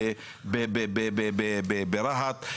ברהט,